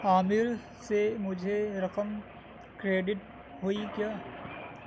عامر سے مجھے رقم کریڈٹ ہوئی کیا